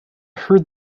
heard